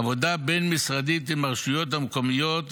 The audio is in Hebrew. עבודה בין-משרדית עם הרשויות המקומיות,